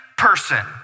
person